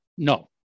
No